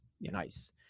nice